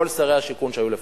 כל שרי השיכון שהיו לפני,